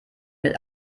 mit